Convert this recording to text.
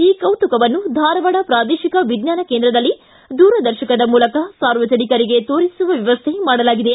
ಈ ಕೌತುಕವನ್ನು ಧಾರವಾಡ ಪೂದೇಶಕ ವಿಜ್ಞಾನ ಕೇಂದ್ರದಲ್ಲಿ ದೂರದರ್ಶಕದ ಮೂಲಕ ಸಾರ್ವಜನಿಕರಿಗೆ ತೋರಿಸುವ ವ್ಯವಸ್ಥೆ ಮಾಡಲಾಗಿದೆ